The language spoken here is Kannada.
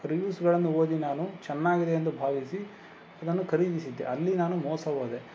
ರಿವಿವ್ಸ್ಗಳನ್ನು ಓದಿ ನಾನು ಚೆನ್ನಾಗಿದೆ ಎಂದು ಭಾವಿಸಿ ಅದನ್ನು ಖರೀದಿಸಿದ್ದೆ ಅಲ್ಲಿ ನಾನು ಮೋಸ ಹೋದೆ